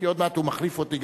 גם כי עוד מעט הוא מחליף אותי.